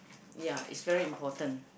ya is very important